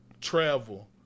travel